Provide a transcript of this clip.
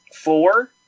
four